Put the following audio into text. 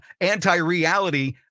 anti-reality